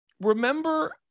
Remember